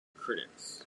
critics